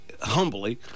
humbly